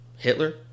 hitler